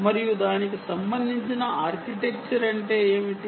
మరియు దానికి సంబంధించిన ఆర్కిటెక్చర్ అంటే ఏమిటి